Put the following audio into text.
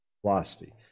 philosophy